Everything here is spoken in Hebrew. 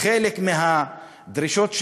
חלק מהדרישות שלהן.